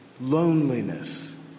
Loneliness